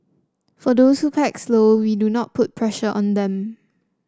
for those who pack slow we do not put pressure on them